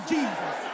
Jesus